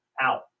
out